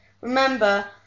Remember